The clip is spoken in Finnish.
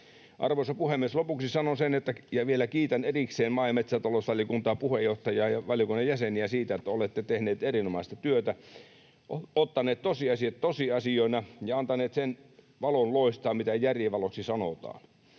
Arvoisa puhemies! Lopuksi vielä kiitän erikseen maa‑ ja metsätalousvaliokuntaa, puheenjohtajaa ja valiokunnan jäseniä siitä, että olette tehneet erinomaista työtä, ottaneet tosiasiat tosiasioina ja antaneet sen valon loistaa, mitä järjen valoksi sanotaan.